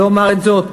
לא אומר זאת,